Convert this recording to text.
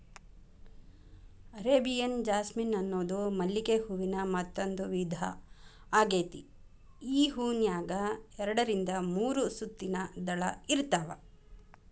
Arabian jasmine ಅನ್ನೋದು ಮಲ್ಲಿಗೆ ಹೂವಿನ ಮತ್ತಂದೂ ವಿಧಾ ಆಗೇತಿ, ಈ ಹೂನ್ಯಾಗ ಎರಡರಿಂದ ಮೂರು ಸುತ್ತಿನ ದಳ ಇರ್ತಾವ